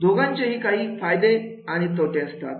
दोघांचेही काही फायदे आणि तोटे असतात